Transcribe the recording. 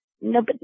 no